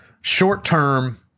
short-term